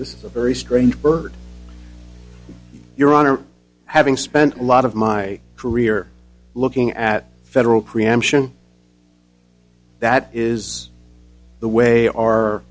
this is a very strange bird your honor having spent a lot of my career looking at federal preemption that is the way our